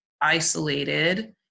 isolated